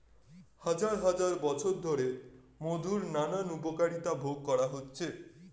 হাজার হাজার বছর ধরে মধুর নানান উপকারিতা ভোগ করা হচ্ছে